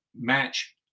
match